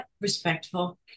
respectful